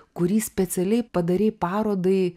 kurį specialiai padarei parodai